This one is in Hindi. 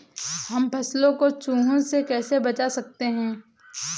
हम फसलों को चूहों से कैसे बचा सकते हैं?